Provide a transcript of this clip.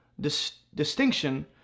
distinction